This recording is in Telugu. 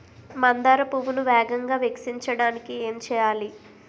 మందార పువ్వును వేగంగా వికసించడానికి ఏం చేయాలి?